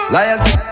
Loyalty